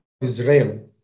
Israel